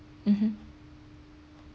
mmhmm